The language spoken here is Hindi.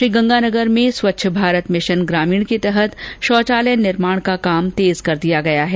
श्रीगंगानगर में स्वच्छ भारत मिशन ग्रामीण के तहत शौचालय निर्माण का काम तेज कर दिया गया है